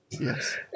Yes